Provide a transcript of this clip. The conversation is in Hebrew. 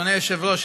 אדוני היושב-ראש,